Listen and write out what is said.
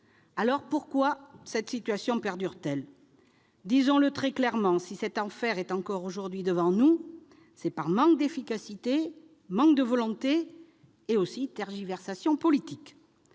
Pourquoi cette situation perdure-t-elle ? Disons-le très clairement : si cet enfer est encore aujourd'hui devant nous, c'est par manque d'efficacité, par manque de volonté et du fait de tergiversations politiques.